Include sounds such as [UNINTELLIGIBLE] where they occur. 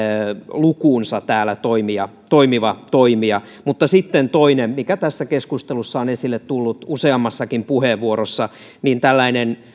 lukuunsa täällä toimiva toimija mutta sitten toinen mikä tässä keskustelussa on esille tullut useammassakin puheenvuorossa on tällainen [UNINTELLIGIBLE]